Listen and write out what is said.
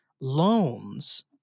loans